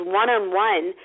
one-on-one